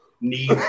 need